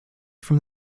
from